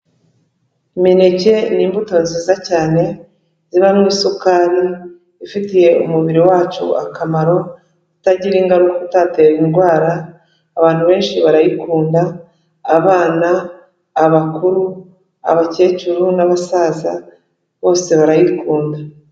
Imineke ni imbuto nziza cyane zibamo isukari, ifitiye umubiri wacu akamaro, utagira ingaruka, utatera indwara, abantu benshi barayikunda, abana, abakuru, abakecuru n'abasaza, bose barayikunda.